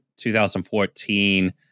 2014